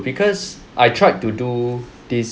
because I tried to do this